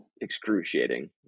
excruciating